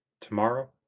tomorrow